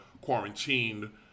quarantined